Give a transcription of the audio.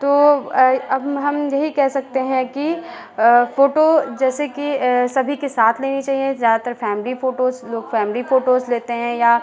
तो अब हम यही कह सकते हैं कि फ़ोटो जैसे कि सभी के साथ लेनी चाहिए ज़ादातर फ़ैमिली फ़ोटोज़ लोग फ़ैमिली फ़ोटोज़ लेते हैं या